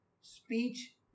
speech